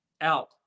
out